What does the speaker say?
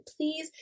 please